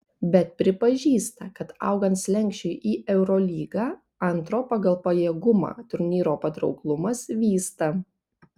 bet pripažįsta kad augant slenksčiui į eurolygą antro pagal pajėgumą turnyro patrauklumas vysta